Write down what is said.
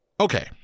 Okay